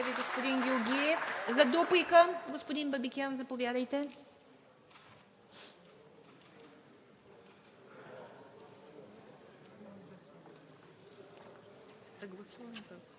господин Георгиев. За дуплика – господин Бабикян, заповядайте.